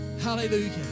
Hallelujah